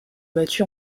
battu